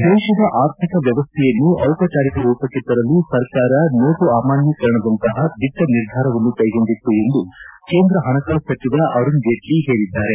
ದೇಶದ ಆರ್ಥಿಕ ವ್ಯವಸ್ಥೆಯನ್ನು ದಿಪಚಾರಿಕ ರೂಪಕ್ಕೆ ತರಲು ಸರ್ಕಾರ ಸೋಟು ಅಮಾನ್ಯೀಕರಣದಂತಹ ದಿಟ್ಟ ನಿರ್ಧಾರವನ್ನು ಕೈಗೊಂಡಿತ್ತು ಎಂದು ಕೇಂದ್ರ ಹಣಕಾಸು ಸಚಿವ ಅರುಣ್ ಜೇಟ್ಲ ಹೇಳಿದ್ದಾರೆ